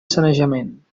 sanejament